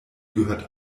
gehört